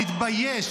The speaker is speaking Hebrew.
תתבייש לך.